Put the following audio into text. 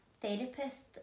therapist